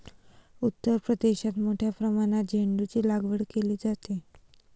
उत्तर प्रदेशात मोठ्या प्रमाणात झेंडूचीलागवड केली जाते